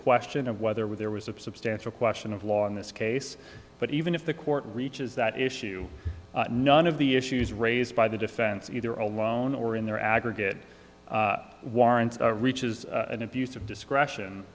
question of whether there was a substantial question of law in this case but even if the court reaches that issue none of the issues raised by the defense either alone or in their aggregate warrants reaches an abuse of discretion